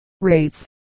rates